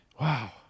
wow